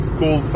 cool